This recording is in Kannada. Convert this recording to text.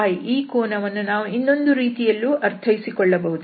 i ಈ ಕೋನವನ್ನು ನಾವು ಇನ್ನೊಂದು ರೀತಿಯಲ್ಲೂ ಅರ್ಥೈಸಿಕೊಳ್ಳಬಹುದು